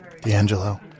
D'Angelo